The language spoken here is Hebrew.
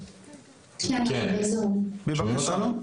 בבקשה.